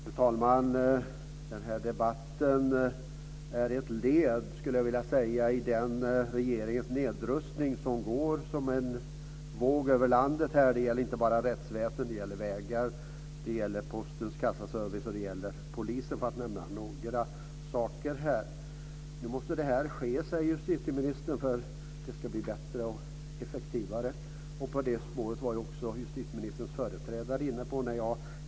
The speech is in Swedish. Fru talman! Den här debatten är ett led i regeringens nedrustning som går som en våg över landet. Det gäller inte bara rättsväsendet utan det gäller vägar, postens kassaservice och polisen. Justitieministern säger att detta måste ske för att detta ska bli bättre och effektivare. På det spåret var justitieministerns företrädare inne på.